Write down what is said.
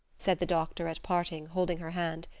said the doctor at parting, holding her hand,